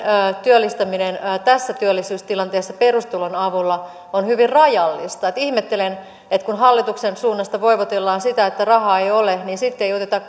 työllistäminen tässä työllisyystilanteessa perustulon avulla on hyvin rajallista ihmettelen että kun hallituksen suunnasta voivotellaan sitä että rahaa ei ole niin sitten ei oteta